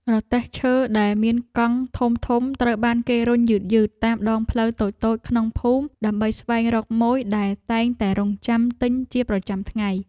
រទេះឈើដែលមានកង់ធំៗត្រូវបានគេរុញយឺតៗតាមដងផ្លូវតូចៗក្នុងភូមិ ដើម្បីស្វែងរកម៉ូយដែលតែងតែរង់ចាំទិញជាប្រចាំរាល់ថ្ងៃ។